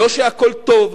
לא שהכול טוב,